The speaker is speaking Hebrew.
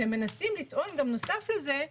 נוסף לזה,